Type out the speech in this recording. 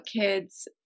kids